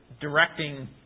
directing